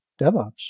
DevOps